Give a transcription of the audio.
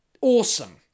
awesome